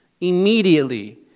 immediately